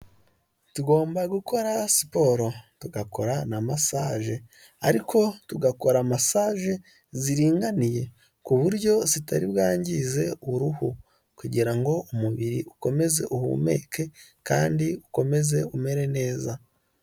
Tugomba gukora siporo tugakora na masaje, ariko tugakora masaje ziringaniye, ku buryo zitari bwangize uruhu, kugirango umubiri ukomeze uhumeke kandi ukomeze umere neza.